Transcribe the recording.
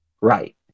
right